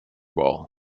ball